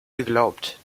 geglaubt